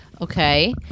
okay